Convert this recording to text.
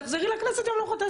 תחזרי לכנסת יום למחרת.